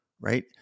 right